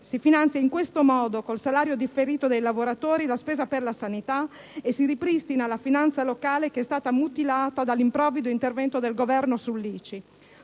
Si finanzia, in questo modo, con il salario differito dei lavoratori, la spesa per la sanità e si ripristina la finanza locale, mutilata dall'improvvido intervento del Governo sull'ICI.